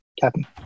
captain